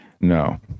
No